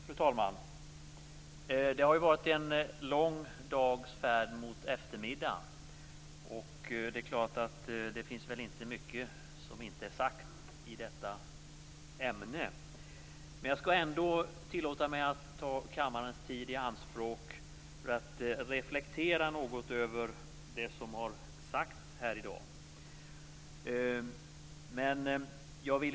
Fru talman! Det har varit en lång dags färd mot eftermiddag, och det finns väl inte mycket som inte är sagt i detta ämne. Jag skall ändå tillåta mig att ta kammarens tid i anspråk för att reflektera något över det som har sagts här i dag.